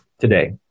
today